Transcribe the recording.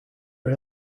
are